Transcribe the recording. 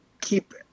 keep